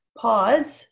pause